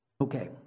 Okay